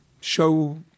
show